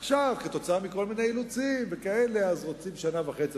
עכשיו, כתוצאה מכל מיני אילוצים, רוצים שנה וחצי.